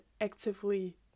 actively